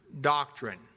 doctrine